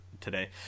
today